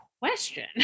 question